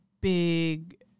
big